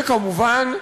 וכמובן,